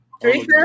Teresa